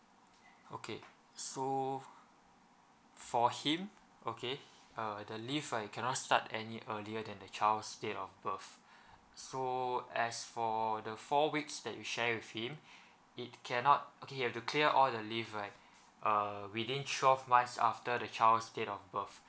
okay so for him okay uh the leave right cannot start any earlier than the child's date of birth so as for the four weeks that you share with him he cannot okay he has to clear all the leave right uh within twelve months after the child's date of birth